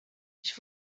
ich